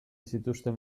zituzten